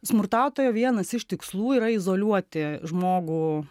smurtautojo vienas iš tikslų yra izoliuoti žmogų